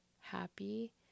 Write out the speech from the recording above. happy